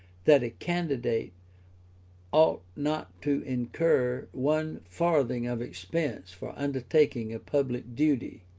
that a candidate ought not to incur one farthing of expense for undertaking a public duty.